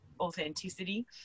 authenticity